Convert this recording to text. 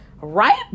right